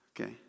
Okay